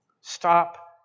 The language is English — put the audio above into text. stop